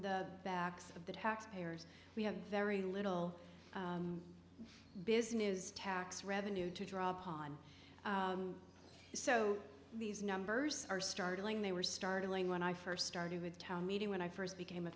the backs of the taxpayers we have very little business tax revenue to draw upon so these numbers are startling they were startling when i first started with the town meeting when i first became a